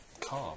calm